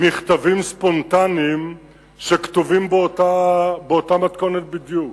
מכתבים ספונטניים שכתובים באותה מתכונת בדיוק.